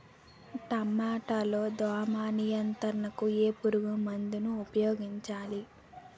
టమాటా లో దోమ నియంత్రణకు ఏ పురుగుమందును ఉపయోగించాలి?